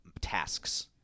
tasks